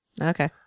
Okay